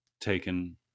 taken